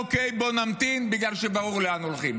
ואומר: אוקיי, בואו נמתין, בגלל שברור לאן הולכים.